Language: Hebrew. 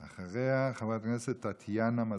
אחריה, חברת הכנסת טטיאנה מזרסקי.